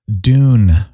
Dune